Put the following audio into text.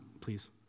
please